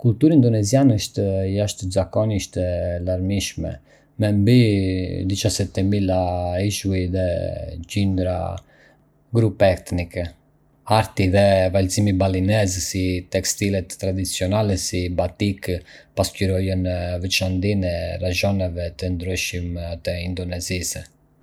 Kultura indoneziane është jashtëzakonisht e larmishme, me mbi diciassette mila ishuj dhe qindra grupe etnike. Arti dhe vallëzimi balinez, si dhe tekstilet tradicionale si batik, pasqyrojnë veçantinë e rajoneve të ndryshme të Indonezisë.